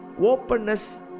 Openness